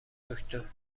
دکتر